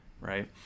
right